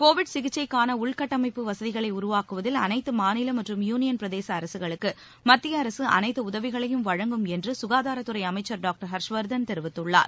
Covid சிகிச்சைக்கான உள்கட்டமைப்பு வசதிகளை உருவாக்குவதில் அனைத்து மாநில மற்றும் யூனியன் பிரதேச அரசுகளுக்கு மத்திய அரசு அனைத்து உதவிகளையும் வழங்கும் என்று ககாதாரத்துறை அமைச்சர் டாக்டர் ஹர்ஷ்வர்தன் தெரிவித்துள்ளார்